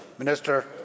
Minister